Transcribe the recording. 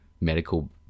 medical